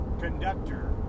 conductor